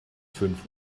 fünf